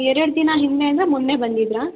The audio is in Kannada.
ಎರಡು ದಿನ ಹಿಂದೆ ಅಂದರೆ ಮೊನ್ನೆ ಬಂದಿದ್ದಿರಾ